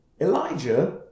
Elijah